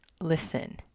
listen